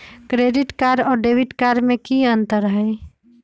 Credit card और debit card में की अंतर हई?